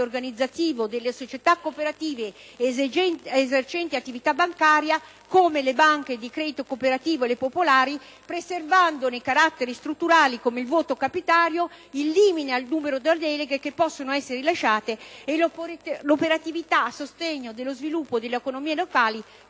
organizzativo delle società cooperative esercenti attività bancaria, come le banche di credito cooperativo e quelle popolari, preservandone i caratteri strutturali come il voto capitario, eliminando il numero delle deleghe che possono essere rilasciate, e l'operatività a sostegno dello sviluppo delle autonomie locali,